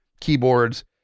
keyboards